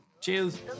Cheers